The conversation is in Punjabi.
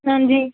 ਹਾਂਜੀ